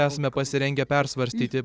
esame pasirengę persvarstyti